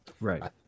right